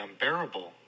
unbearable